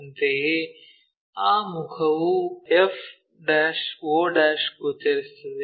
ಅಂತೆಯೇ ಆ ಮುಖವೂ fo ಗೋಚರಿಸುತ್ತದೆ